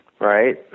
right